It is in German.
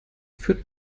führt